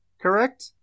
Correct